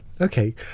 okay